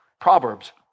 Proverbs